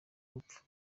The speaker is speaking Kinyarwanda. rupfu